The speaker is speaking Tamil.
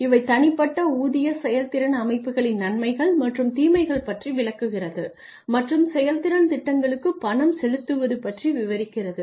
இவை தனிப்பட்ட ஊதிய செயல்திறன் அமைப்புகளின் நன்மைகள் மற்றும் தீமைகள் பற்றி விளக்குகிறது மற்றும் செயல்திறன் திட்டங்களுக்குப் பணம் செலுத்துவது பற்றி விவரிக்கிறது